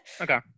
Okay